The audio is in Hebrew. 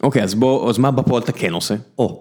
אוקיי אז בוא, אז מה בפה אתה כן עושה? או.